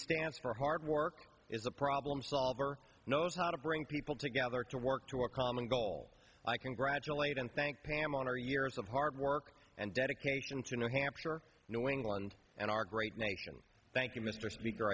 stands for hard work is a problem solver knows how to bring people together to work to a common goal i congratulate and thank pamelor years of hard work and dedication to new hampshire new england and our great nation thank you mr speaker